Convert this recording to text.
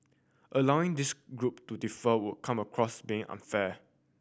allowing this group to defer would come across being unfair